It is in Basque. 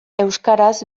euskaraz